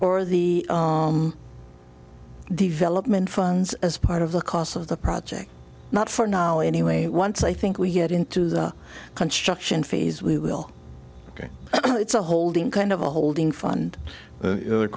or the development funds as part of the cost of the project not for now anyway once i think we get into the construction phase we will again it's a holding kind of a holding fund